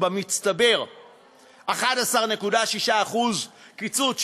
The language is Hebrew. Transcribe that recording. ובמצטבר 11.6% קיצוץ,